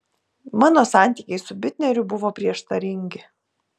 mano santykiai su bitneriu buvo prieštaringi